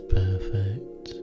perfect